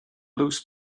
loose